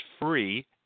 free